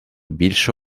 більше